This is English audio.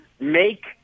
make